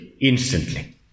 instantly